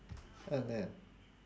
oh no